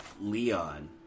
Leon